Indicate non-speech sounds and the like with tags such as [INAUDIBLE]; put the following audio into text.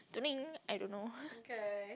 [NOISE] I don't know